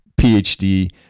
PhD